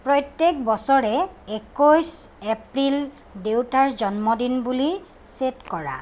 প্ৰত্যেক বছৰে একৈছ এপ্ৰিল দেউতাৰ জন্মদিন বুলি ছেট কৰা